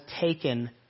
taken